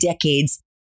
decades